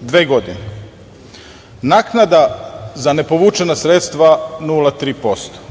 dve godine, naknada za ne povučena sredstva 0,3%,